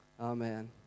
Amen